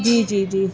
جی جی جی